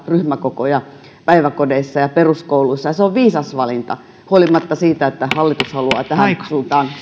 ryhmäkokoja päiväkodeissa ja peruskouluissa ja se on viisas valinta huolimatta siitä että hallitus haluaa tähän suuntaan